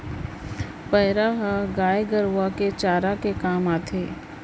पैरा ह गाय गरूवा के चारा के काम आथे